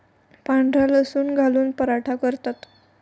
पांढरा लसूण घालून पराठा करतात